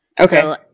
Okay